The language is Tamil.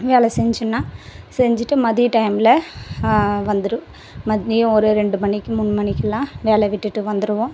வேலை செஞ்சி நான் செஞ்சிவிட்டு மதிய டைம்மில் வந்துரு மதியம் ஒரு ரெண்டு மணிக்கு மூணு மணிக்கெல்லாம் வேலை விட்டுவிட்டு வந்துருவோம்